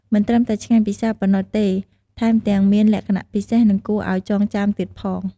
មិនត្រឹមតែឆ្ងាញ់ពិសាប៉ុណ្ណោះទេ ថែមទាំងមានលក្ខណៈពិសេស និងគួរឱ្យចងចាំទៀតផង។